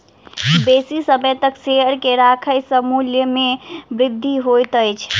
बेसी समय तक शेयर के राखै सॅ मूल्य में वृद्धि होइत अछि